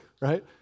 right